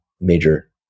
major